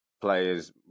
players